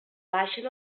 baixen